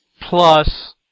plus